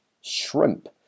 shrimp